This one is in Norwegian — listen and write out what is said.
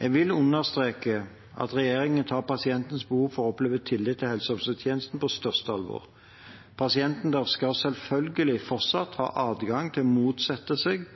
Jeg vil understreke at regjeringen tar pasientens behov for å oppleve tillit til helse- og omsorgstjenesten på største alvor. Pasienter skal selvfølgelig fortsatt ha adgang til å motsette seg